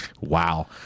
Wow